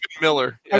Miller